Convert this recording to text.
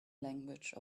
language